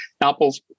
Apple's